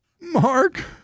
Mark